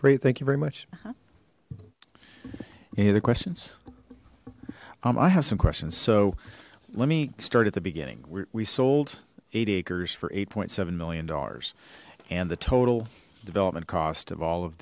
great thank you very much any other questions i have some questions so let me start at the beginning we sold eight acres for eight seven million dollars and the total development cost of all of